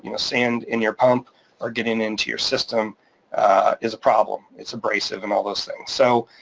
you know sand in your pump or getting into your system is a problem, it's abrasive and all those things. so